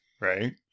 Right